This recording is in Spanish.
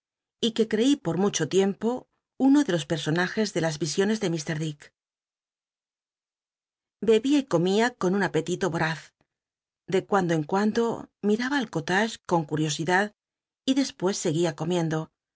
y que creí por mucho tiempo uno de los personajes de las yisioncs de fr dick debía y comia con un apetito voraz de cuando en cuando mimba al collage con curiosidad y despues seguía comiendo